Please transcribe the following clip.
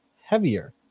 heavier